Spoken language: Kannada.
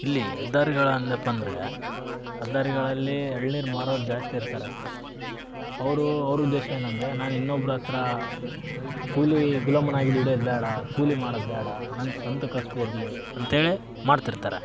ಇಲ್ಲಿ ಹೆದ್ದಾರಿಗಳು ಅಂದಪ ಅಂದರೆ ಹೆದ್ದಾರಿಗಳಲ್ಲಿ ಎಳನೀರು ಮಾರೋರು ಜಾಸ್ತಿ ಇರ್ತಾರೆ ಅವರು ಅವ್ರ ಉದ್ದೇಶ ಏನಂದರೆ ನಾನು ಇನ್ನೊಬ್ರ ಹತ್ರ ಕೂಲಿ ಗುಲಾಮನಾಗಿ ದುಡಿಯೋದು ಬೇಡ ಕೂಲಿ ಮಾಡೋದ್ಬೇಡ ನನ್ನ ಸ್ವಂತ ಕಸುಬಿರ್ಲಿ ಅಂತೇಳಿ ಮಾಡ್ತಿರ್ತಾರೆ